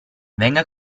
venga